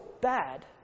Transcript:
bad